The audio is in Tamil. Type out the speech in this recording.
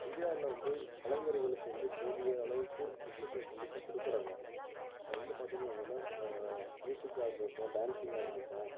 இந்தியாவில வந்து கலைஞர்களுக்கு வந்து போதிய அளவுக்கு முக்கியத்துவம் கண்டிப்பாக கொடுக்குறாங்க அது வந்து பார்த்திங்க அப்படினா இப்போ மியூசிக்காக இருக்கட்டும் டான்ஸிங்காக இருக்கட்டும்